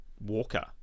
Walker